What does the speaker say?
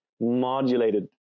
modulated